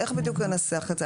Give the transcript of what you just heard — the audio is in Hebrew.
איך בדיוק ננסח את זה?